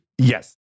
Yes